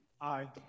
Aye